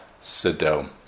Sodom